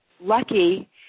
lucky